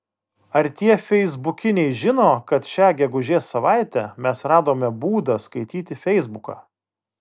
ar tie feisbukiniai žino kad šią gegužės savaitę mes radome būdą skaityti feisbuką